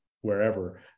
wherever